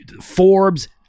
Forbes